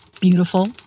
beautiful